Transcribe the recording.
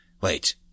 Wait